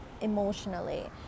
emotionally